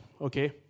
okay